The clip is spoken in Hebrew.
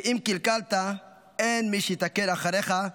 שאם קלקלת אין מי שיתקן אחריך'".